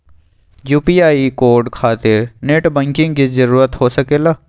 UPI code खातिर net banking की जरूरत हो सके ला?